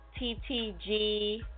TTG